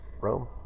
Rome